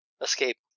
escape